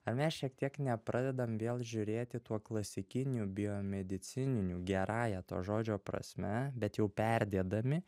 ar mes šiek tiek nepradedam vėl žiūrėti tuo klasikiniu biomedicininiu gerąja to žodžio prasme bet jau perdėdami